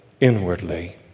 inwardly